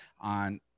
on